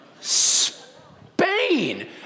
Spain